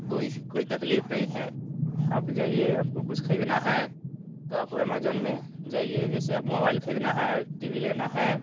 कोई कोई तकलीफ नहीं है आप जाइए आपको कुछ ख़रीदना है तो आप एमाजोन में जाइएगा जैसे आप मोबाइल ख़रीदना है टी वी लेना है